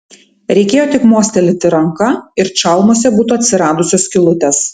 reikėjo tik mostelėti ranka ir čalmose būtų atsiradusios skylutės